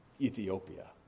Ethiopia